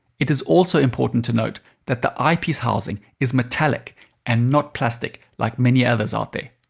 it is also important to note that the eyepiece housing is metallic and not plastic like many others out there.